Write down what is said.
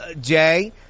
Jay